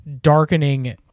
darkening